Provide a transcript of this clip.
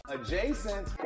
adjacent